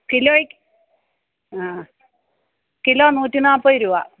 കിലോയ്ക്ക് ആ കിലോ നൂറ്റി നാൽപ്പത് രൂപ